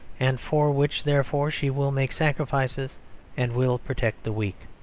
and for which, therefore, she will make sacrifices and will protect the weak.